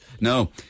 No